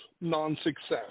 non-success